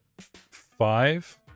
five